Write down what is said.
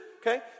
okay